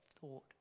thought